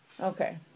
Okay